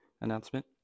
announcement